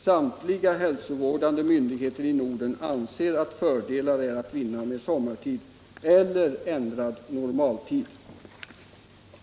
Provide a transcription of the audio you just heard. Samtliga hälsovårdande myndigheter i Norden ansåg att fördelar var att vinna med sommartid eller ändrad normaltid.